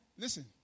listen